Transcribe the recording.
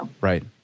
Right